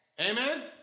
Amen